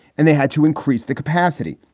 and they had to increase the capacity.